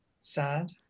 sad